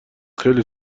خیلی